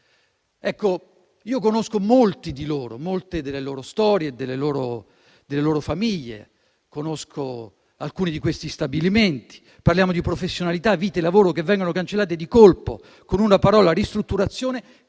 Conosco molti di loro, le loro storie e delle loro famiglie. Conosco alcuni di questi stabilimenti: parliamo di professionalità, vite e lavoro che vengono cancellate di colpo, con una parola - "ristrutturazione"